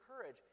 courage